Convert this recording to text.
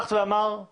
פתחת ואמרת